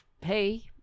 pay